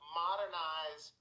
modernize